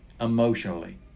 emotionally